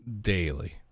daily